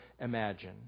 imagine